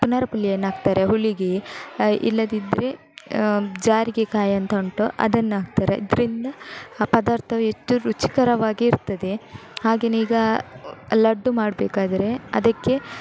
ಪುನರ್ಪುಳಿಯನ್ನಾಕ್ತಾರೆ ಹುಲಿಗೆ ಇಲ್ಲದಿದ್ದರೆ ಜಾರಿಗೆ ಕಾಯಂತ ಉಂಟು ಅದನ್ನು ಹಾಕ್ತಾರೆ ಅದರಿಂದ ಆ ಪದಾರ್ಥವು ಹೆಚ್ಚು ರುಚಿಕರವಾಗಿ ಇರ್ತದೆ ಹಾಗೆಯೇ ಈಗ ಲಡ್ಡು ಮಾಡಬೇಕಾದ್ರೆ ಅದಕ್ಕೆ